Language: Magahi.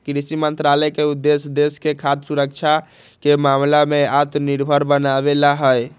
कृषि मंत्रालय के उद्देश्य देश के खाद्य सुरक्षा के मामला में आत्मनिर्भर बनावे ला हई